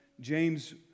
James